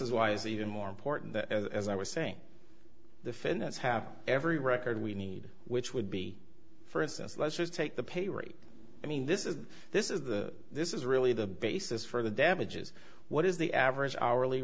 is why is even more important that as i was saying the finance have every record we need which would be for instance let's just take the pay rate i mean this is this is the this is really the basis for the damages what is the average hourly